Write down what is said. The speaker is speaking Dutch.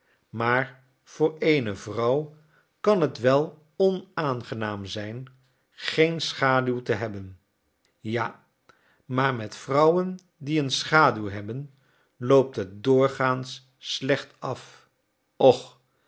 maar voor eene vrouw kan het wel onaangenaam zijn geen schaduw te hebben ja maar met vrouwen die een schaduw hebben loopt het doorgaans slecht af och